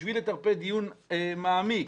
בשביל לטרפד דיון מעמיק